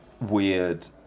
weird